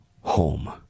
home